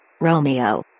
Romeo